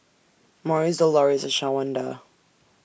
Morris Doloris and Shawanda